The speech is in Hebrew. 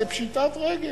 זו פשיטת רגל.